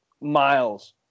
miles